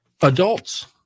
Adults